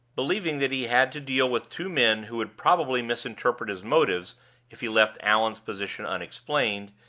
believing that he had to deal with two men who would probably misinterpret his motives if he left allan's position unexplained,